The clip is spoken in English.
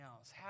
else